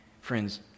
Friends